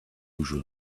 usual